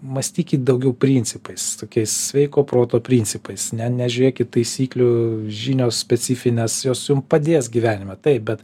mąstykit daugiau principais tokiais sveiko proto principais ne nežiūrėkit taisyklių žinios specifinės jos jum padės gyvenime taip bet